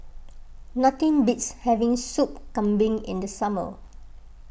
nothing beats having Soup Kambing in the summer